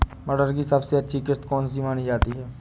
मटर की सबसे अच्छी किश्त कौन सी मानी जाती है?